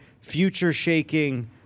future-shaking